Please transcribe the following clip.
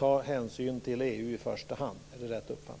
att hänsyn i första hand ska tas till EU. Är det rätt uppfattat?